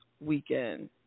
weekend